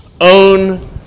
own